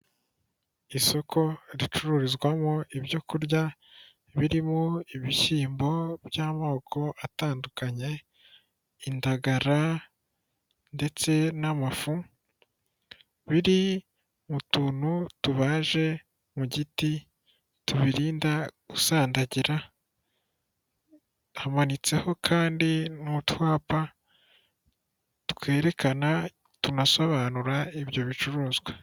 Isoko ricururizwamo ibyo kurya birimo ibishyimbo by'amoko atandukanye, indagara ndetse n'amafu, biri mu tuntu tubaje mu giti tubirinda gusandagira, hamanitseho kandi n'utwapa twerekana tunasobanura ibyo bicuruzwa.